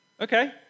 Okay